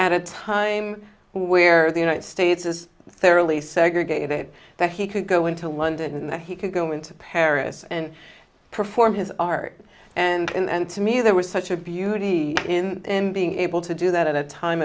at a time where the united states is thoroughly segregated that he could go into london and he could go into paris and perform his art and to me there was such a beauty in being able to do that at a time